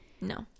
No